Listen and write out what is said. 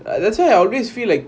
that's why I always feel like